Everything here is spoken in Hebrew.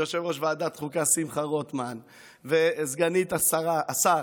יושב-ראש ועדת החוקה שמחה רוטמן וסגנית השר